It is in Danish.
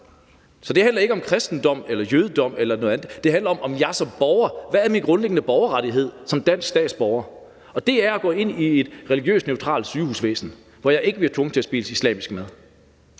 Så det handler ikke om kristendom eller jødedom eller noget andet. Det handler om, hvad min grundlæggende borgerrettighed som dansk statsborger er. Og det er at gå ind i et religiøst neutralt sygehusvæsen, hvor jeg ikke bliver tvunget til at spise islamisk mad.